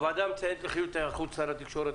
הוועדה מציינת בחיוב את היערכות שר התקשורת,